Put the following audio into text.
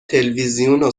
تلویزیون